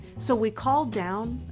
so we called down,